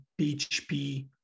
PHP